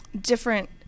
different